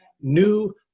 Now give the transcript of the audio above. New